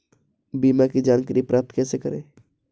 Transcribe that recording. बीमा की जानकारी प्राप्त कैसे करें?